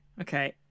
Okay